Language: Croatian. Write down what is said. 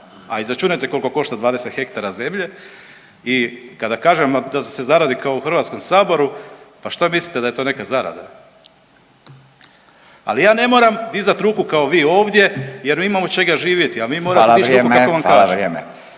a izračunajte koliko košta 20 hektara zemlje i kada kažemo da se zaradi kao u HS-u pa što mislite da je to neka zarada? Ali ja ne moram dizat ruku kao vi ovdje jer mi imamo od čega živjeti …/Upadica Radin: Hvala vrijeme./… a vi